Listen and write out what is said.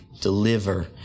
deliver